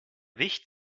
wicht